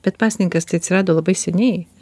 bet pasninkas tai atsirado labai seniai